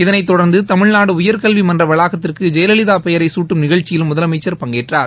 இதனை தொடர்ந்து தமிழ்நாடு உயர்க்கல்வி மன்ற வளாகத்திற்கு ஜெயலலிதா பெயரை குட்டும் நிகழ்ச்சியிலும் முதலமைச்சர் பங்கேற்றார்